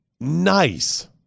nice